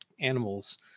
animals